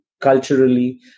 culturally